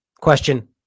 question